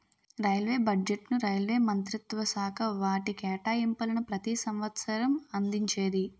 railway బడ్జెట్ను railway మంత్రిత్వశాఖ వాటి కేటాయింపులను ప్రతి సంవసరం అందించేది